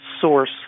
source